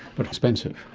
but expensive.